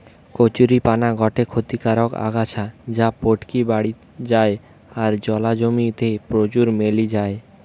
কচুরীপানা গটে ক্ষতিকারক আগাছা যা পটকি বাড়ি যায় আর জলা জমি তে প্রচুর মেলি যায়